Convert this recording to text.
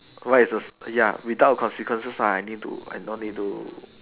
what is the ya without consequences ah I need to I don't need to